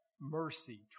mercy